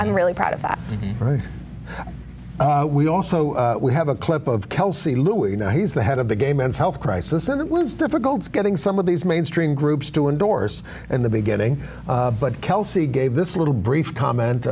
i'm really proud of that right we also we have a clip of kelsey louis you know he's the head of the gay men's health crisis and it was difficult getting some of these mainstream groups to endorse in the beginning but kelsey gave this little brief comment